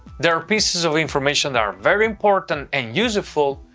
there are pieces of information that are very important and useful,